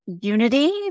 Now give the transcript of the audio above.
unity